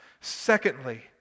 Secondly